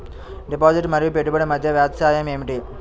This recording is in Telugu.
డిపాజిట్ మరియు పెట్టుబడి మధ్య వ్యత్యాసం ఏమిటీ?